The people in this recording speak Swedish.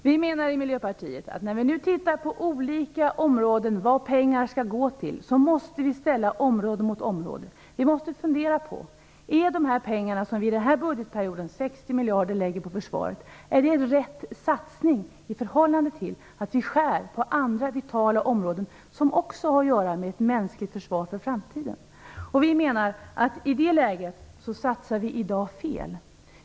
Fru talman! Vi menar att när vi undersöker vilka områden pengarna skall gå till måste vi ställa område mot område. Vi måste fundera på om de 60 miljarder, som vi den här budgetperioden lägger på försvaret, är rätt satsning i förhållande till att vi skär på andra vitala områden som också har att göra med ett mänskligt försvar för framtiden. Vi menar att vi i dag satsar fel.